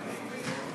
התשע"ו 2016, נתקבל.